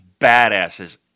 badasses